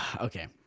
Okay